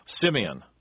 Simeon